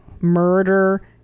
murder